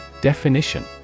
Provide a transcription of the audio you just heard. Definition